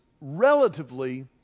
relatively